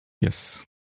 yes